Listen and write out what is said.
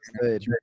good